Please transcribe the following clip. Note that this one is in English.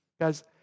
Guys